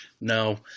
No